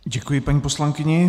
Děkuji paní poslankyni.